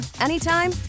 anytime